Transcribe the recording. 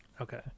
Okay